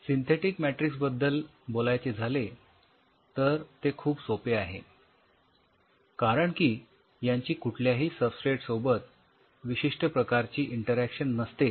synthetic matrix बद्दल बोलायचे झाले तर ते खूप सोपे आहे कारण की यांची कुठल्याही सबस्ट्रेट सोबत विशिष्ठ प्रकारची इंटरॅक्शन नसते